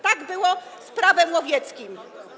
Tak było z Prawem łowieckim.